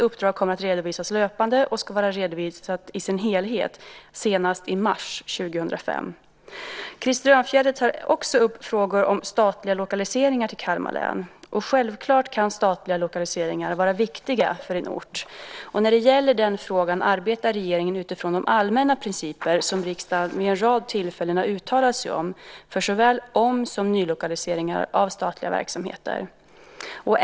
Uppdraget kommer att redovisas löpande och ska redovisas i sin helhet senast i mars 2005. Krister Örnfjäder tar även upp frågor om statliga lokaliseringar till Kalmar län. Självklart kan statliga lokaliseringar vara viktiga för en ort. När det gäller denna fråga arbetar regeringen utifrån de allmänna principer som riksdagen vid en rad tillfällen har uttalat sig om för såväl om som nylokaliseringar av statliga verksamheter.